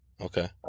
okay